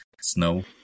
snow